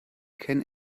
can